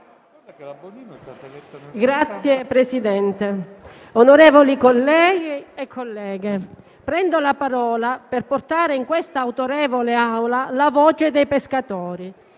Signor Presidente, onorevoli colleghe e colleghi, prendo la parola per portare in quest'autorevole Aula la voce dei pescatori